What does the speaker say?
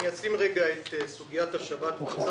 בשביל היושב-ראש אני אגיד שאני שם לרגע את סוגיית השבת בצד,